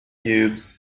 cubes